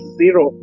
zero